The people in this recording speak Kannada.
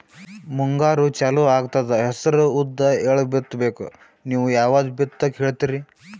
ಮುಂಗಾರು ಚಾಲು ಆಗ್ತದ ಹೆಸರ, ಉದ್ದ, ಎಳ್ಳ ಬಿತ್ತ ಬೇಕು ನೀವು ಯಾವದ ಬಿತ್ತಕ್ ಹೇಳತ್ತೀರಿ?